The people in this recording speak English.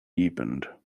deepened